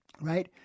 right